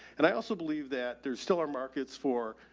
and i also believe that there's still our markets for,